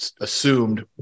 assumed